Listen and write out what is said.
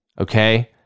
okay